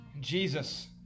Jesus